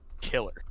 killer